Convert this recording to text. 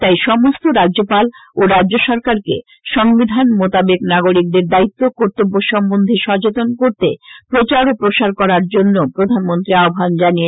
তাই সমস্ত রাজ্যপাল ও রাজ্য সরকারকে সংবিধান মোতাবেক নাগরিকদের দায়িত্ব কর্তব্য সম্বন্ধে সচেতন করতে প্রচার ও প্রসার করার জন্য প্রধানমন্ত্রী আহ্বান জানিয়েছেন